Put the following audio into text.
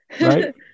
Right